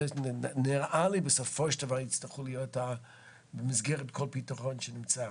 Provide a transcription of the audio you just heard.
אלה נראה לי בסופו של דבר יצטרכו להיות במסגרת כל פתרון שנמצא,